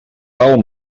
pel